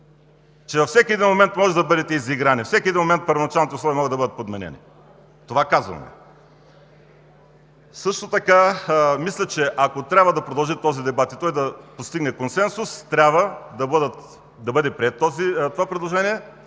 че във всеки един момент можете да бъдете изиграни, всеки един момент първоначалните условия могат да бъдат подменени? Това казвам. Също така мисля, че ако трябва да продължи този дебат и той постигне консенсус, трябва да бъде прието това предложение,